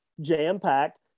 jam-packed